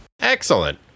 Excellent